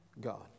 God